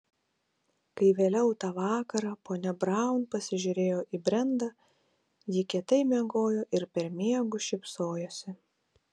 kai vėliau tą vakarą ponia braun pasižiūrėjo į brendą ji kietai miegojo ir per miegus šypsojosi